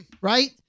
Right